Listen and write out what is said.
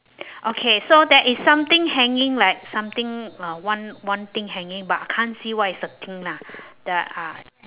okay so there is something hanging like something uh one one thing hanging but can't see what is the thing lah the ah